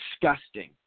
disgusting